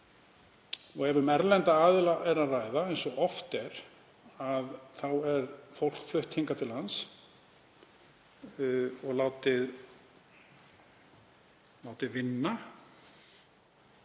Ef um erlenda aðila er að ræða eins og oft er þá er fólk flutt hingað til lands og látið vinna